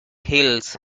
hills